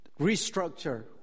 restructure